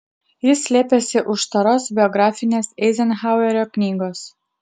ji slėpėsi už storos biografinės eizenhauerio knygos